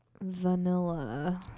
vanilla